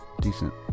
decent